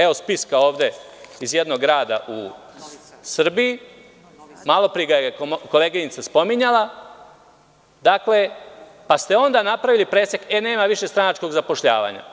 Evo spiska ovde iz jednog grada u Srbiji, malopre ga je koleginica spominjala, pa ste onda napravili presek – e nema više stranačkog zapošljavanja.